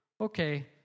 okay